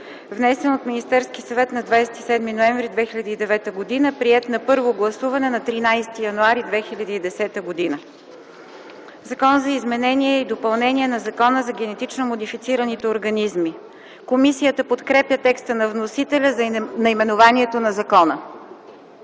внесен от Министерски съвет на 27 ноември 2009 г., приет на първо гласуване на 13 януари 2010 г. „Закон за изменение и допълнение на Закона за генетично модифицираните организми”.” Комисията подкрепя текста на вносителя за наименованието на закона.